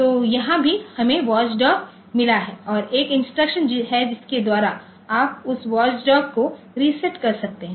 तो यहाँ भी हमें वॉच डॉग मिला है और एक इंस्ट्रक्शन है जिसके द्वारा आप उस वॉच डॉग को रीसेट कर सकते हैं